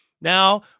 Now